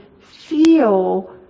feel